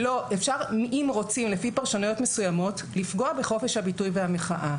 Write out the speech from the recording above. לא אם רוצים לפי פרשנויות מסוימות לפגוע בחופש הביטוי והמחאה.